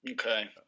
Okay